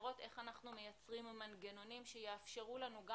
ולראות איך אנחנו מייצרים מנגנונים שיאפשרו לנו גם